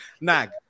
Nag